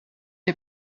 die